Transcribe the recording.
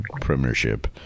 premiership